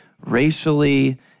racially